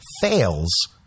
fails